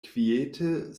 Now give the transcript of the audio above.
kviete